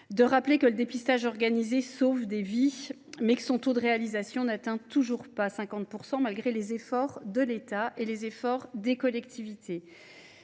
de rappeler que ledit dépistage sauve des vies, mais que son taux de réalisation n’atteint toujours pas 50 %, malgré les efforts de l’État et des collectivités